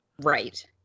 right